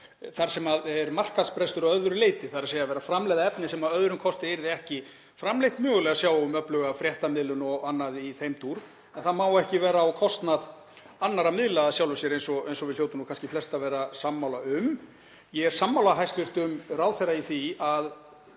þar sem er markaðsbrestur að öðru leyti, þ.e. að framleiða efni sem að öðrum kosti yrði ekki framleitt, mögulega sjá um öfluga fréttamiðlun og annað í þeim dúr. En það má ekki vera á kostnað annarra miðla í sjálfu sér eins og við hljótum flest að vera sammála um. Ég er sammála hæstv. ráðherra í því að